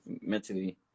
mentally